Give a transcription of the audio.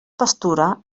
pastura